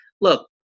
look